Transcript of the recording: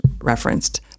referenced